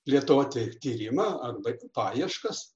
plėtoti tyrimą arba paieškas